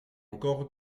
encore